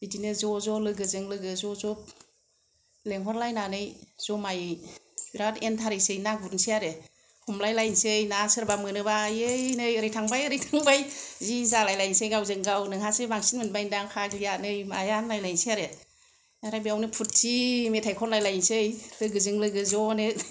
बिदिनो ज' ज' लोगोजों लोगो ज' ज' लेंहर लायनानै ज'मायै बेराद एन्टारेस्टयै ना गुरनोसै आरो हमलाय लायसै ना सोरबा मोनोबा ओइ नै ओरै थांबाय ओरै थांबाय जि जालाय लायसै नोंहासो बांसिन मोनबाय दां फाग्लिया नै नाया होनलाय लायसै आरो ओमफ्राय बेवनो फुरथि मेथाइ खनलाय लायनोसै लोगोजों लोगो ज'नो